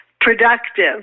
productive